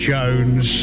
Jones